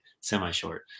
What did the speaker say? semi-short